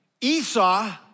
Esau